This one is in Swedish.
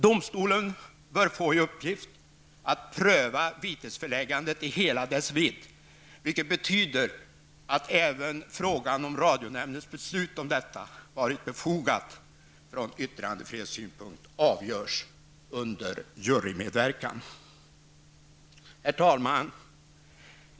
Domstolen bör få i uppgift att pröva vitesföreläggandet i hela dess vidd, vilket betyder att även frågan om huruvida radionämndens beslut varit befogat ur yttrandefrihetssynpunkt avgörs under jurymedverkan. Herr talman!